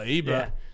but-